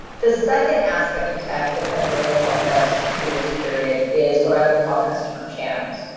the second aspect of tech that has really helped us through this period is what i will call customer channels.